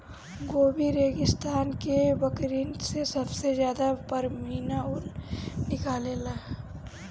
Gobi रेगिस्तान के बकरिन से सबसे ज्यादा पश्मीना ऊन निकलेला